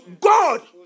God